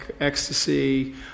ecstasy